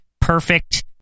Perfect